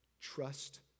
trust